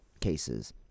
cases